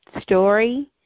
story